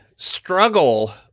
struggle